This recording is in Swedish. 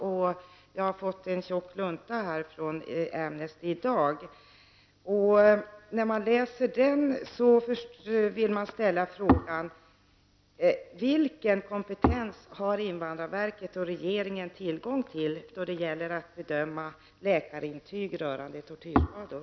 I dag fick jag en tjock lunta från Amnesty, och efter att ha läst den vill jag ställa frågan: Vilken kompetens har invandrarverket och regeringen tillgång till när det gäller att bedöma läkarintyg rörande tortyrskador?